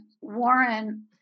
Warren